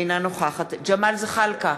אינה נוכחת ג'מאל זחאלקה,